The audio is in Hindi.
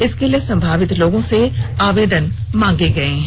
इसके लिए संभावित लोगों से आवेदन मांगे गए हैं